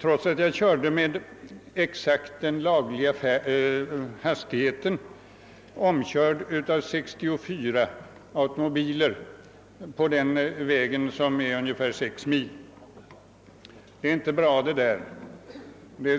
Trots att jag då körde den cirka sex mil långa vägen fram och tillbaka med exakt den lagliga hastigheten blev jag ändå omkörd av 64 automobiler. Detta är inte bra.